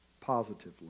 positively